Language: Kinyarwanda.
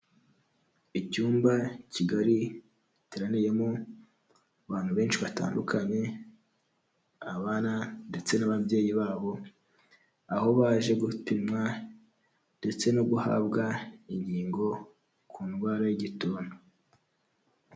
Icyumba kigari giteraniyemo abantu benshi batandukanye, abana ndetse n'ababyeyi babo, aho baje gupimwa ndetse no guhabwa inkingo ku ndwara y'igituntu.